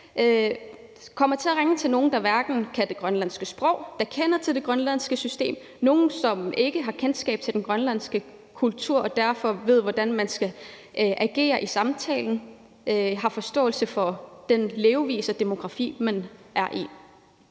kommer til at ringe til nogen, der hverken kan det grønlandske sprog eller kender til det grønlandske system, som ikke har kendskab til den grønlandske kultur og derfor ikke ved, hvordan man skal agere i samtalen, og som ikke har forståelse for den levevis og den demografi, man har i